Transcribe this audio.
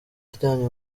aryamye